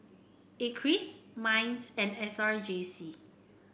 Acres Minds and S R J C